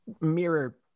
mirror